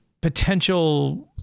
potential